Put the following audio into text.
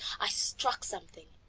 i struck something.